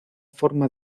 forma